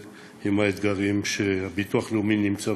עם האתגרים שהביטוח הלאומי ניצב בפניהם.